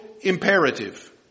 imperative